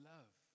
Love